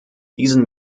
diesen